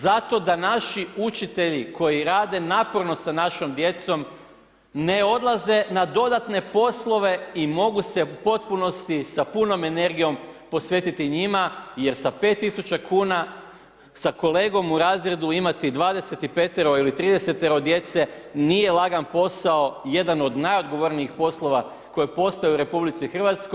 Zato da naši učitelji koji rade naporno sa našom djecom ne odlaze na dodatne poslove i mogu se u potpunosti sa punom energijom posvetiti njima jer sa 5 tisuća kuna sa kolegom u razredu imati 25.-ero ili 30.-ero djece nije lagan posao, jedan od najodgovornijih poslova koji postoje u RH.